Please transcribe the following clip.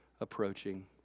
approaching